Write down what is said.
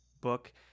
book